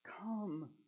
Come